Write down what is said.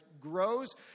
grows